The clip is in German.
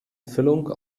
füllung